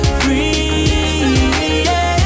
free